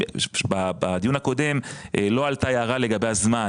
בדיון הקודם לא עלתה הערה לגבי הזמן,